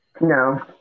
No